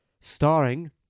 Starring